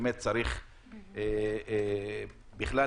בכלל,